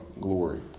glory